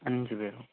അഞ്ചുപേരോ